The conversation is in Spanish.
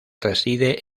reside